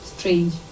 Strange